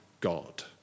God